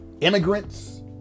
immigrants